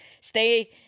stay